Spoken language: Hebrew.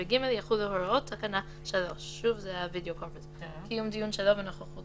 ו-(ג) יחולו הוראות תקנה 3. קיום דיון שלא בנוכחות